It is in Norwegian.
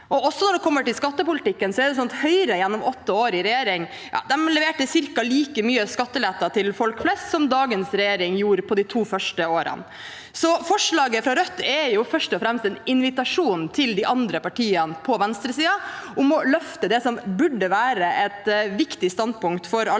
Også når det gjelder skattepolitikken, er det sånn at Høyre gjennom åtte år i regjering leverte ca. like mye skattelette til folk flest som dagens regjering gjorde på de to første årene. Så forslaget fra Rødt er først og fremst en invitasjon til de andre partiene på venstresiden om å løfte det som burde være et viktig standpunkt for alle